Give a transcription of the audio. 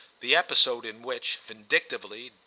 the episode in which, vindictively,